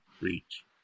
reach